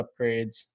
upgrades